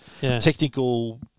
technical